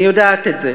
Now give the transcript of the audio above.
אני יודעת את זה,